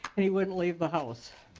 and he wouldn't leave the house.